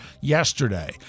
yesterday